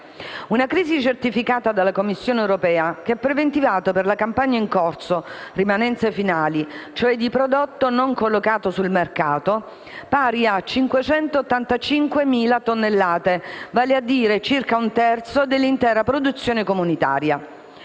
una crisi certificata dalla Commissione europea, che ha preventivato per la campagna in corso rimanenze finali (cioè di prodotto non collocato sul mercato) pari a 585.000 tonnellate, vale a dire circa un terzo dell'intera produzione comunitaria.